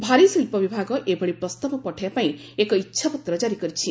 ଭାରୀଶିଳ୍ପ ବିଭାଗ ଏଭଳି ପ୍ରସ୍ତାବ ପଠାଇବା ପାଇଁ ଏକ ଇଚ୍ଛାପତ୍ର ଜାରି କରିଛି